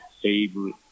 favorite